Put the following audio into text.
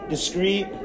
Discreet